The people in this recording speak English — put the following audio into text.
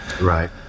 right